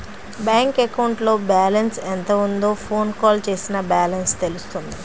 bank అకౌంట్లో balance ఎంత ఉందో ఫోన్ కాల్ చేసినా బ్యాలెన్స్ తెలుస్తుంది